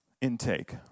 intake